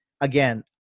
again